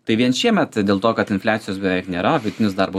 tai vien šiemet dėl to kad infliacijos beveik nėra vidutinis darbo